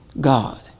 God